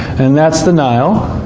and that's the nile.